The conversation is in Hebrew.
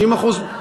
50% נחמן,